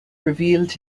revealed